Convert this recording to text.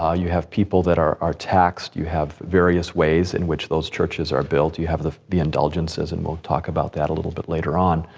you have people that are are taxed. you have various ways in which those churches are built. you have the the indulgences, and we'll talk about that a little bit later on,